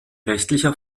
rechtlicher